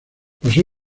pasó